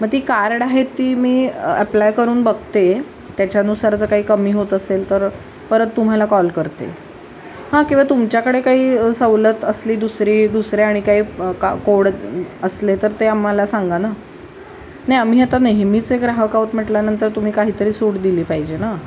मग ती कार्ड आहे ती मी एप्लाय करून बघते त्याच्यानुसार जर काही कमी होत असेल तर परत तुम्हाला कॉल करते हां किंवा तुमच्याकडे काही सवलत असली दुसरी दुसरे आणि काय का कोड असले तर ते आम्हाला सांगा ना नाही आम्ही आता नेहमीचे ग्राहक आहोत म्हटल्यानंतर तुम्ही काहीतरी सूट दिली पाहिजे ना